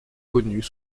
connues